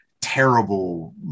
terrible